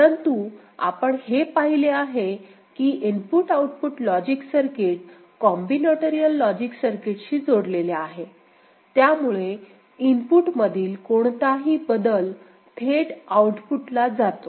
परंतु आपण हे पाहिले आहे की input output logic circuit combinatorial logic सर्किटशी जोडलेले आहे त्यामुळे इनपुटमधील कोणताही बदल थेट आउटपुट ला जातो